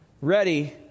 ready